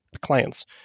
clients